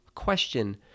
question